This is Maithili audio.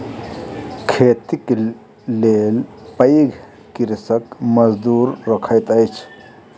खेतीक लेल पैघ कृषक मजदूर रखैत अछि